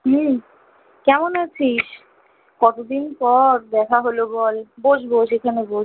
হুম কেমন আছিস কতো দিন পর দেখা হলো বল বস বস এখানে বস